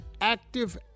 active